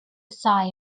sigh